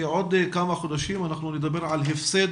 כי בעוד כמה חודשים אנחנו נדבר על הפסד